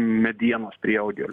medienos prieaugio